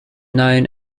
known